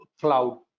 cloud